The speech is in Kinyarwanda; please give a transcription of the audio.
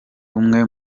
umwe